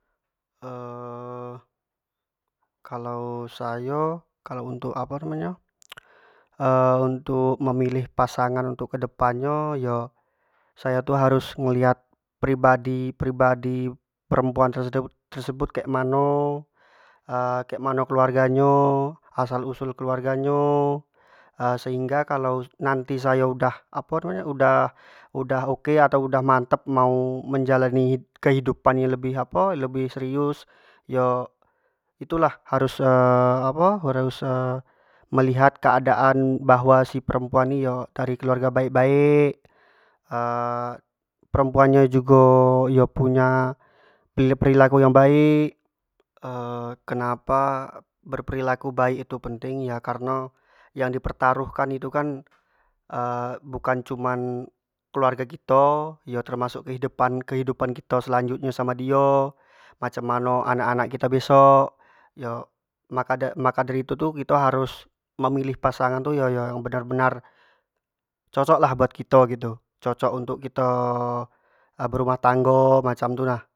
kalau sayo kalau untuk apo namo nyo untuk memilih pasangan untuk kedepan nyo yo sayo tu harus melihat pribadi- pribadi perempuan tersebut kek mano kek mano keluarga nyo, asal usul keluarga nyo sehingga kalau nanti sayo udah apo namo nyo udah- udah oke atau udah mantap menjalani kehidupan yang lebih apo lebih serius yo itu lah harus apo harus melihat keadaan bahwa si perempuan ni yo dari keluarga baik- baik perempuan nyo jugo yo punya peri- perilaku baik kenapa berperilaku baik itu penting kyo kareno yang di pertaruh itu kan bukan cuman keluarga kito yo termasuk kehidupan- kehidupan kito selanjut nyo samo dio, cem mano anak- anak kito besok, makadari itu- tu kito harus meimilih pasangan tu yo yang benar- benar cocok lah buat kito gitu, cocok buat kito berumah tango macam tu nah,